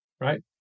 right